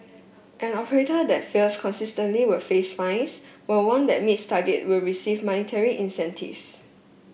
an operator that fails consistently will face fines while one that meets target will receive monetary incentives